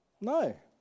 no